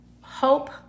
hope